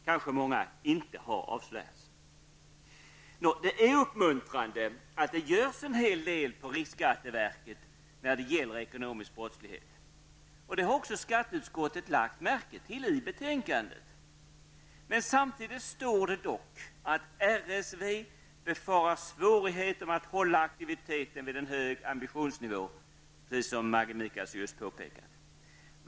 Många har kanske inte ens avslöjats. Det är uppmuntrande att det görs en hel del på riksskatteverket när det gäller ekonomisk brottslighet. Det har skatteutskottet också påpekat i betänkandet. Samtidigt står det dock att RSV befarar svårigheter med att hålla aktiviteten vid en hög ambitionsnivå, vilket Maggi Mikaelsson just påpekade.